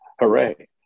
hooray